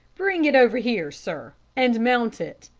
bring it over here, sir, and mount it,